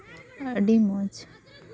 ᱟᱹᱰᱤ ᱢᱚᱡᱽ